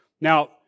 Now